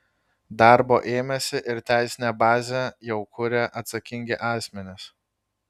darbo ėmėsi ir teisinę bazę jau kuria atsakingi asmenys